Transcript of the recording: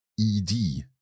E-D